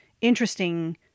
interesting